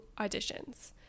auditions